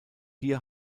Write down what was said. hier